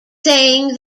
saying